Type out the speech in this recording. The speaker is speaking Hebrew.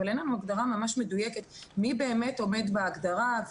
אבל אין לנו הגדרה ממש מדויקת מי באמת עומד בהגדרה.